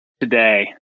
Today